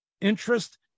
interest